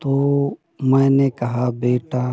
तो मैंने कहा बेटा